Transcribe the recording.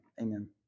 amen